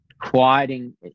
quieting